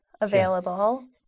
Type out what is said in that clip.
available